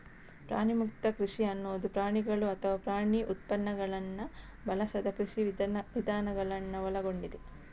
ಪ್ರಾಣಿಮುಕ್ತ ಕೃಷಿ ಅನ್ನುದು ಪ್ರಾಣಿಗಳು ಅಥವಾ ಪ್ರಾಣಿ ಉತ್ಪನ್ನಗಳನ್ನ ಬಳಸದ ಕೃಷಿ ವಿಧಾನಗಳನ್ನ ಒಳಗೊಂಡಿದೆ